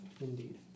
Indeed